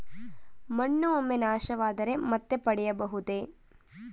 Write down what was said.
ಮಣ್ಣು ಒಮ್ಮೆ ನಾಶವಾದರೆ ಮತ್ತೆ ಪಡೆಯಬಹುದೇ?